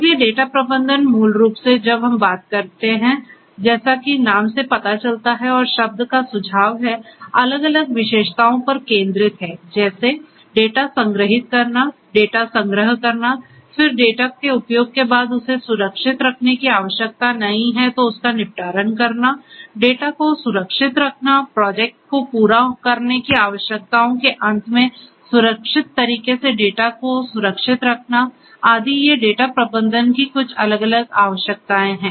इसलिए डेटा प्रबंधन मूल रूप से जब हम बात कर रहे हैं जैसा कि नाम से पता चलता है और शब्द का सुझाव है अलग अलग विशेषताओं पर केंद्रित है जैसे डेटा संग्रहीत करना डेटा संग्रह करना फिर डेटा के उपयोग के बाद उसे सुरक्षित रखने की आवश्यकता नहीं हैउसका निपटारण करना डेटा को सुरक्षित करना प्रोजेक्ट को पूरा करने की आवश्यकताओं के अंत में सुरक्षित तरीके से डेटा को सुरक्षित रखना आदि ये डेटा प्रबंधन की कुछ अलग आवश्यकताएं हैं